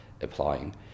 applying